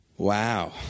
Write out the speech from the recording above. Wow